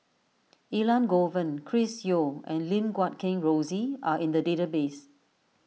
Elangovan Chris Yeo and Lim Guat Kheng Rosie are in the database